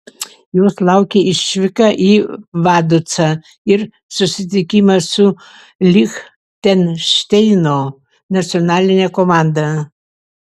jos laukia išvyka į vaducą ir susitikimas su lichtenšteino nacionaline komanda